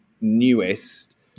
newest